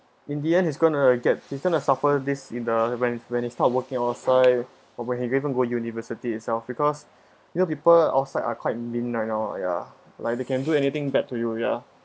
in the end he's going to get he's going to suffer this in the when when he start working outside but when he even go university itself because you know people outside are quite mean right now ah ah ya like they can do anything bad to you ya